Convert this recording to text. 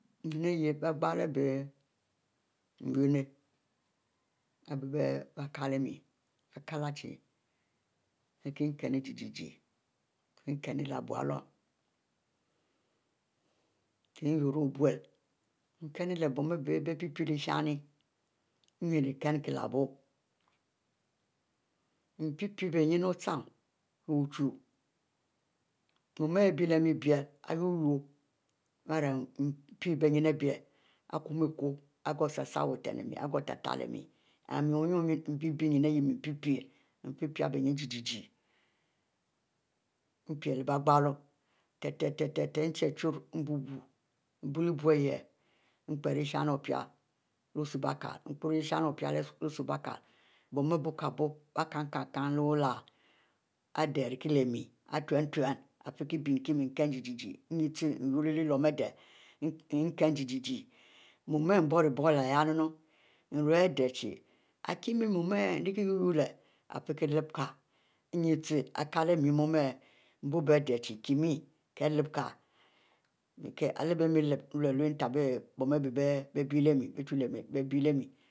Nyenn arieh bigh lbie nninu. lbie arikile miel bie kiele chie, mie kie muie leh buiehlum mie kieh wurro obulee mie kiennu, leh bon bie biepiepie leh-ishin enin rie conkieh leh bu mie bie ninne ochien leh wuchiu mu aribie lemie-biele, iwu-wuiu ari npie arikumie kwo isasabutne, igoh tra-tra leh mie and mie-wunniu wunniu lbie-bie nyenn mie wunniu lgie-gieh mpi leh bieglou, luchuchiu nbuio-buo nbouieh npiri npie lehshin pie leh ouslu-bie kile, bon ari buip biekinne leh wulieh, adeh arikie leh mie ntune, kiekiennu gie-gieh ninne wuyurri lehlum adeh nkin gie-gieh, mu arieh buie-burie leh yahennu npi rue adeh chie, lkie mie mu ari kie wuyrri leh ifikie lep-kie, enn ute lkielu mie mu ari adeh kielep kie, hieh lepbie-ilepbie mienlulu ntebui bon ari bie biele mie